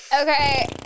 Okay